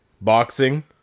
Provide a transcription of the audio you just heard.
boxing